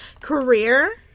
career